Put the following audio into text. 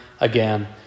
again